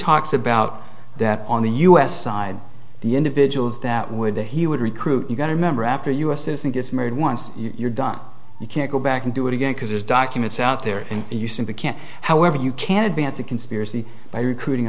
talks about that on the u s side the individuals that would he would recruit you got to remember after us and think it's married once you're done you can't go back and do it again because there's documents out there and you simply can't however you can advance a conspiracy by recruiting